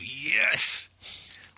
yes